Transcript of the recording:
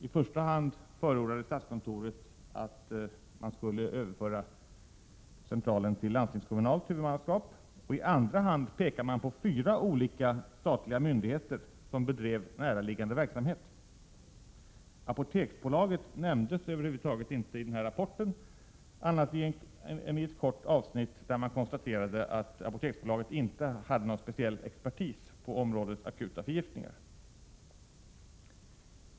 I första hand förordade statskontoret i stället ett landstingskommunalt huvudmannaskap för centralen och i andra hand pekade man på fyra olika statliga myndigheter som bedrev näraliggande verksamhet. Apoteksbolaget nämndes över huvud taget inte i denna rapport annat än i en kort passus där man konstaterade att Apoteksbolaget inte hade någon speciell expertis på området akuta förgiftningar.